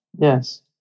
Yes